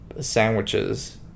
sandwiches